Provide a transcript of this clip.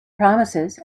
promises